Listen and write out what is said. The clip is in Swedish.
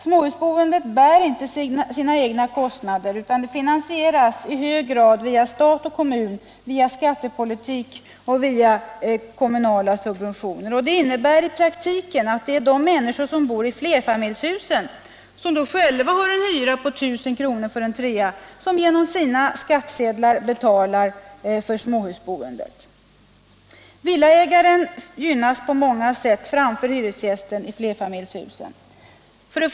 Småhusboendet bär inte sina egna kostnader, utan det finansieras i hög grad av stat och kommun via skattepolitik och kommunala subventioner. Det innebär i praktiken att de människor som bor i flerfamiljshusen och som själva har en hyra på 1000 kr. i månaden för en trea via sin skattsedel betalar för småhusboendet. Villaägaren gynnas på många sätt framför hyresgästen i flerfamiljshuset: 1.